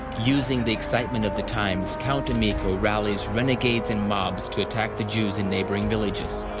using the excitement of the times, count emicho rallies renegades and mobs to attack the jews in neighboring villages.